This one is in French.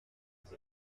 cet